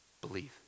believe